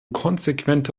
konsequente